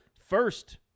first